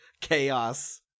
chaos